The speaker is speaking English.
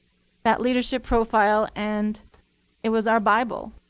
that leadership profile, and it was our bible,